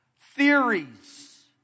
Theories